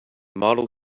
model